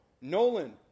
Nolan